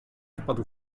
wpadł